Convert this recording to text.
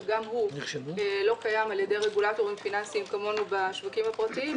שגם הוא לא קיים על ידי רגולטורים פיננסיים כמונו בשווקים הפרטיים,